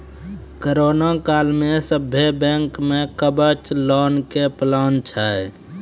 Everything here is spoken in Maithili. करोना काल मे सभ्भे बैंक मे कवच लोन के प्लान छै